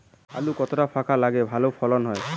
আলু কতটা ফাঁকা লাগে ভালো ফলন হয়?